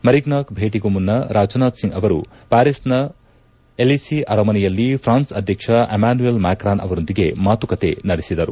Merignac ಭೇಟಿಗೂ ಮುನ್ನ ರಾಜನಾಥ್ ಸಿಂಗ್ ಅವರು ಪ್ವಾರಿಸ್ನ ಎಲಿಸಿ ಅರಮನೆಯಲ್ಲಿ ಫ್ರಾನ್ಸ್ ಅಧ್ಯಕ್ಷ ಇಮಾನ್ಯುಯಲ್ ಮ್ಯಾಕ್ರಾನ್ ಅವರೊಂದಿಗೆ ಮಾತುಕತೆ ನಡೆಸಿದರು